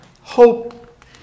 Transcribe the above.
hope